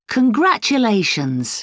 Congratulations